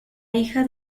hija